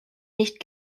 nicht